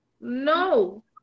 no